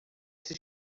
esse